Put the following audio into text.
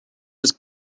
was